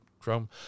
Chrome